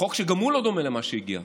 חוק שגם הוא לא דומה למה שהגיע,